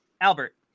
albert